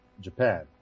Japan